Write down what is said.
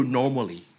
normally